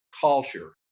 culture